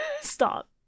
Stop